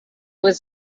was